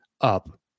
up